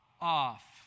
off